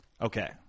Okay